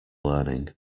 learning